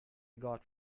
got